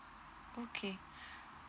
okay